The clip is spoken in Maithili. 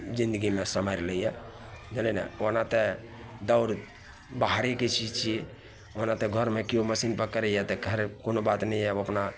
जिनगीमे सम्हारि लैए बुझलिए ने ओना तऽ दौड़ बाहरीके चीज छिए ओना तऽ घरमे केओ मशीनपर करैए तऽ खैर कोनो बात नहि यऽ ओ अपना